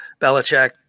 Belichick